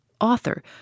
author